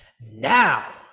now